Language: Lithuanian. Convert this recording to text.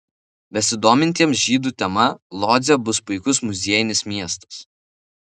besidomintiems žydų tema lodzė bus puikus muziejinis miestas